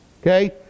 Okay